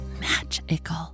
magical